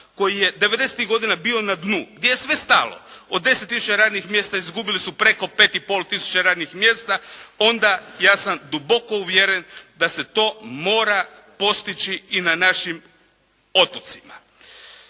koji je devedesetih godina bio na dnu, gdje je sve stalo od 10 tisuća radnih mjesta izgubili su preko 5 i pol tisuća radnih mjesta onda ja sam duboko uvjeren da se to mora postići i na našim otocima.